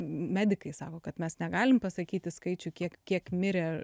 medikai sako kad mes negalim pasakyti skaičių kiek kiek mirė